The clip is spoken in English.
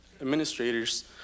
administrators